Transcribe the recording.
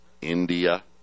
India